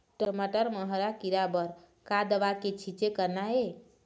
टमाटर म हरा किरा बर का दवा के छींचे करना ये?